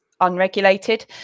unregulated